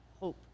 hope